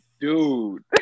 dude